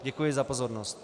Děkuji za pozornost.